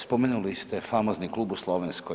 Spomenuli ste famozni klub u Slavonskoj.